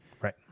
Right